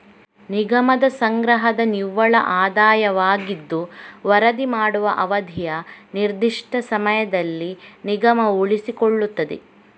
ನಿಗಮದ ಸಂಗ್ರಹದ ನಿವ್ವಳ ಆದಾಯವಾಗಿದ್ದು ವರದಿ ಮಾಡುವ ಅವಧಿಯ ನಿರ್ದಿಷ್ಟ ಸಮಯದಲ್ಲಿ ನಿಗಮವು ಉಳಿಸಿಕೊಳ್ಳುತ್ತದೆ